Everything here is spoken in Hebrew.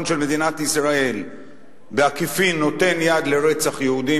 של מדינת ישראל בעקיפין נותן יד לרצח יהודים,